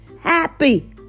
Happy